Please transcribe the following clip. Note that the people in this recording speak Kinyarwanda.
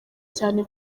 cyane